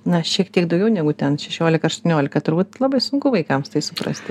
na šiek tiek daugiau negu ten šešiolika aštuoniolika turbūt labai sunku vaikams tai suprasti